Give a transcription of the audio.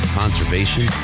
conservation